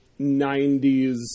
90s